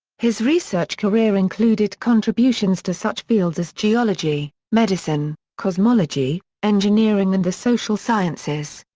his research career included contributions to such fields as geology, medicine, cosmology, engineering and the social sciences.